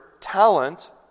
talent